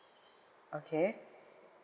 okay